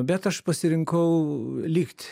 bet aš pasirinkau likt